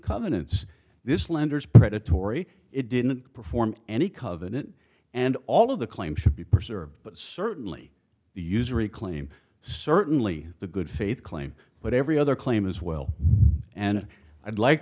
covenants this lenders predatory it didn't perform any covenant and all of the claim should be preserved certainly usury claim certainly the good faith claim but every other claim as well and i'd like